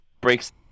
breaks